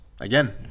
again